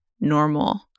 normal